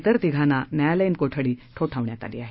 विर तिघांना न्यायालयीन कोठडी ठोठवण्यात आली आहे